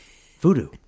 voodoo